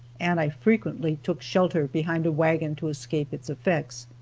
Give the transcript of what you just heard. and i frequently took shelter behind a wagon to escape its effects.